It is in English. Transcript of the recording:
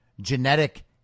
genetic